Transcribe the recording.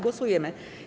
Głosujemy.